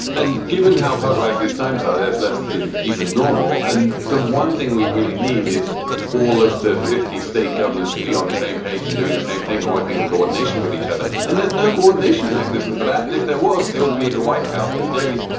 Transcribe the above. and given how polarized these times are, there's less than even normal. and the one thing we really need is all of the fifty state governors to be on the same page and doing the same thing and working in coordination with each other. and there's no coordination mechanism for that. and if there was, it would be the white house. but clearly,